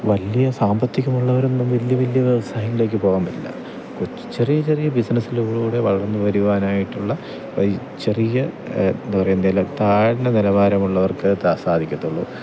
വലിയ സാമ്പത്തികമുള്ളവരൊന്നും വലിയ വലിയ വ്യവസായങ്ങളിലേക്ക് പോവാൻ പറ്റില്ല കൊച്ച് ചെറിയ ചെറിയ ബിസിനസ്സിലൂടെ വളർന്നു വരുവാനായിട്ടുള്ള ഈ ചെറിയ എന്താ പറയുക താഴ്ന്ന നിലവാരമുള്ളവർക്ക് സാധിക്കത്തുള്ളൂ